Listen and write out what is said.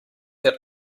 that